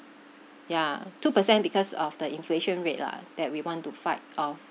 ya two percent because of the inflation rate lah that we want to fight off